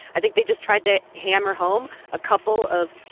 i think they just tried to hammer home a couple of,